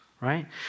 right